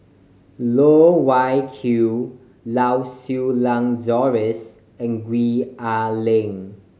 Loh Wai Kiew Lau Siew Lang Doris and Gwee Ah Leng